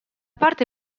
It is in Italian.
parte